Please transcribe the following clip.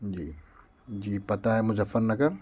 جی جی پتا ہے مظفر نگر